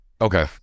okay